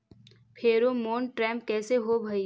Pheromone trap कैसे होब हई?